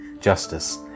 justice